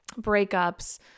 breakups